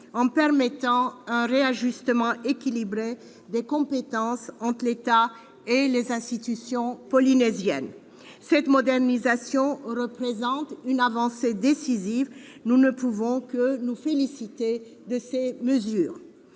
en permettant un réajustement équilibré des compétences entre l'État et les institutions polynésiennes. Cette modernisation représente une avancée décisive, et nous ne pouvons que nous féliciter de ces mesures.